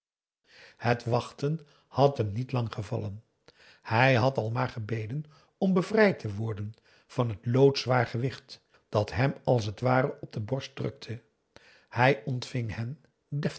het wachten had hem niet lang gevallen hij had al maar gebeden om bevrijd te worden van het loodzwaar gewicht dat hem als het ware op de borst drukte hij ontving hen